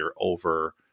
over